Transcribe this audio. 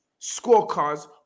scorecards